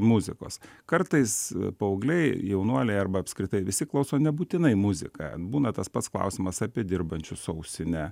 muzikos kartais paaugliai jaunuoliai arba apskritai visi klauso nebūtinai muziką būna tas pats klausimas apie dirbančius su ausine